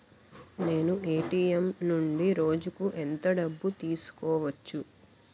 నేను ఎ.టి.ఎం నుండి రోజుకు ఎంత డబ్బు తీసుకోవచ్చు?